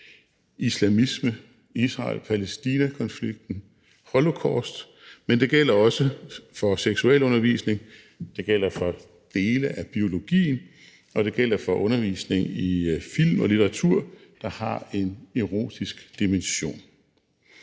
islamisme, Israel-Palæstina-konflikten og holocaust, men det gælder også for seksualundervisning; det gælder for dele af biologien; og det gælder for undervisning i film og litteratur, der har en erotisk dimension.